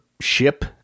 ship